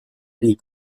riik